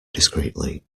discreetly